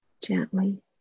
Gently